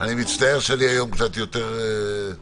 אני מצטער שאני היום קצת יותר קמצן.